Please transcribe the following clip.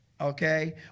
Okay